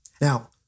Now